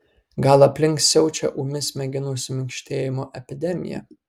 gal aplink siaučia ūmi smegenų suminkštėjimo epidemija